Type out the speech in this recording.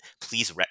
please